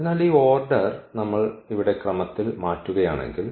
അതിനാൽ ഈ ഓർഡർ നമ്മൾ ഇവിടെ ക്രമത്തിൽ മാറ്റുകയാണെങ്കിൽ